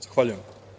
Zahvaljujem.